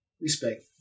Respect